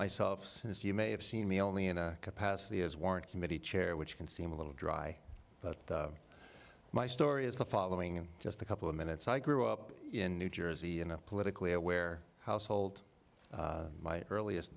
myself since you may have seen me only in a capacity as warrant committee chair which can seem a little dry but my story is the following in just a couple of minutes i grew up in new jersey in a politically aware household my earliest